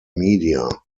media